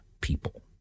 people